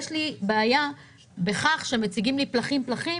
יש לי בעיה בכך שמציגים פלחים-פלחים,